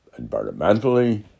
environmentally